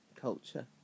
culture